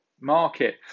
market